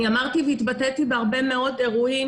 אמרתי והתבטאתי בהרבה מאוד אירועים